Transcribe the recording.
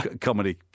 comedy